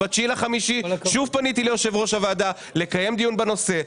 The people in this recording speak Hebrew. ב-9.5 שוב פניתי ליושב ראש הוועדה לקיים דיון בנושא.